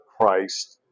Christ